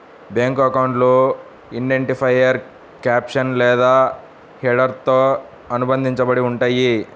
bank అకౌంట్లు identifier caption లేదా హెడర్తో అనుబంధించబడి ఉంటయ్యి